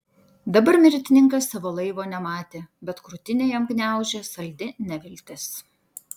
dabar mirtininkas savo laivo nematė bet krūtinę jam gniaužė saldi neviltis